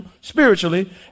spiritually